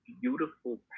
beautiful